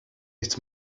nichts